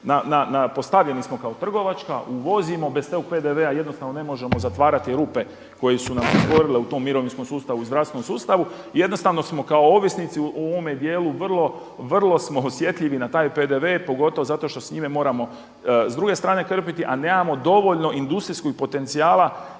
postavljeni smo kao trgovačka, uvozimo, bez tog PDV-a jednostavno ne možemo zatvarati rupe koje su nam se stvorile u tom mirovinskom sustavu, zdravstvenom sustavu i jednostavno smo kao ovisnici u ovome djelu vrlo smo osjetljivi na taj PDV pogotovo zato što s njime moramo s druge strane krpiti a nemamo dovoljno industrijskog potencijala